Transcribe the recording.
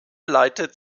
leitet